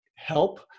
help